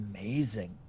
amazing